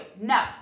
No